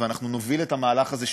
ואנחנו נוביל את המהלך הזה,